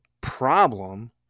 problem